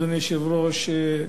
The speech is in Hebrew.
אדוני היושב-ראש,